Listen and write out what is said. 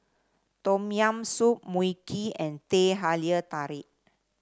Tom Yam Soup Mui Kee and Teh Halia Tarik